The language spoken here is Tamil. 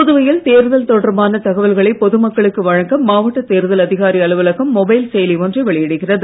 புதுவையில் தேர்தல் தொடர்பான தகவல்களை பொதுமக்களுக்கு வழங்க மாவட்ட தேர்தல் அதிகாரி அலுவலகம் மொபைல் செயலி ஒன்றை வெளியிடுகிறது